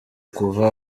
kuva